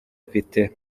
afite